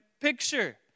picture